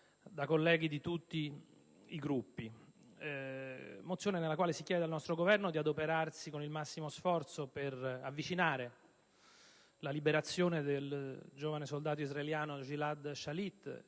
dai colleghi di tutti i Gruppi. Nella mozione si chiede al Governo di adoperarsi con il massimo sforzo per avvicinare la liberazione del giovane soldato israeliano Gilad Shalit